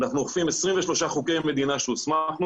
אנחנו אוכפים 23 חוקי מדינה שהוסמכנו